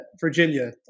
Virginia